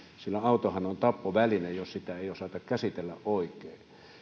sillä autohan on tappoväline jos sitä ei osata käsitellä oikein